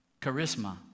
charisma